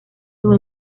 sus